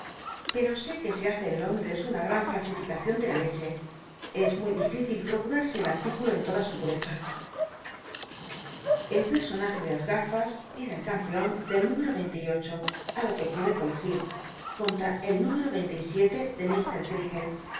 pero sé que e hace en lónch'cs una gl'an falsificacion de la leche es muy dif'ici l ptocunu'sc el artículo en toda su pnrcza el personaje ele las gafas eta el campcon del número veinte y ocho á lo que pude colegir con tra el número veinte y siete de mr